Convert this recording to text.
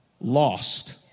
lost